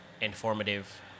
informative